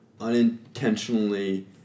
unintentionally